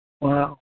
Wow